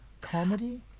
comedy